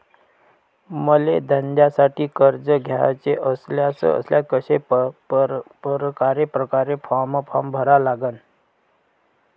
मले धंद्यासाठी कर्ज घ्याचे असल्यास कशा परकारे फारम भरा लागन?